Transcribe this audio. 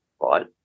right